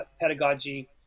pedagogy